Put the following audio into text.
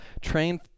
trained